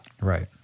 right